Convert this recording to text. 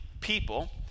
people